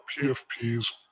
PFPs